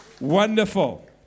Wonderful